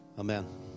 Amen